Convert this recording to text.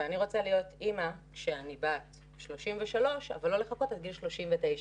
ואני רוצה להיות אמא כשאני בת 33 ולא לחכות לגיל 39,